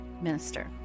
minister